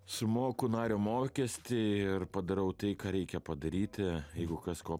sumoku nario mokestį ir padarau tai ką reikia padaryti jeigu kas ko